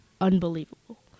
unbelievable